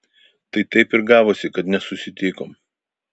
tai taip ir gavosi kad nesusitikom